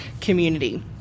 community